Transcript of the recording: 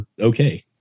okay